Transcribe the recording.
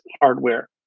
hardware